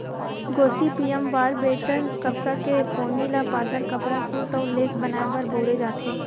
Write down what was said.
Gossypium barbadense कपसा के पोनी ल पातर कपड़ा, सूत अउ लेस बनाए म बउरे जाथे